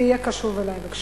תהיה קשוב אלי, בבקשה,